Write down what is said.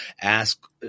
ask